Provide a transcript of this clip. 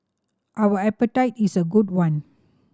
our appetite is a good one